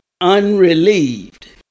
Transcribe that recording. unrelieved